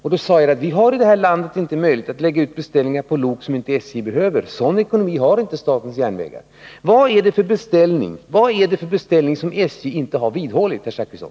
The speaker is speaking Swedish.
Jag sade då att vi i vårt land inte har möjlighet att lägga ut dylika beställningar. Sådan ekonomi har inte statens järnvägar. Vad är det för beställning som SJ inte har vidhållit, herr Zachrisson?